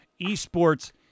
eSports